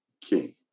king